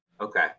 okay